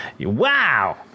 Wow